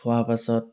খোৱা পাছত